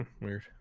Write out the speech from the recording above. Weird